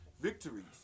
Victories